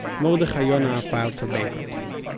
mordechai yona filed for bankruptcy